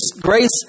grace